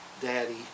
Daddy